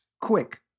Quick